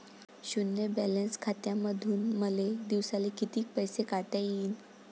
शुन्य बॅलन्स खात्यामंधून मले दिवसाले कितीक पैसे काढता येईन?